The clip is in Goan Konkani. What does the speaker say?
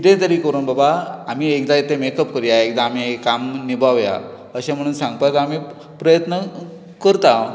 कितें तरी करून बाबा आमी एकदां मेकअप करुया आमी तें काम निभावया अशें म्हणून सांगपाक आमी प्रयत्न करता हांव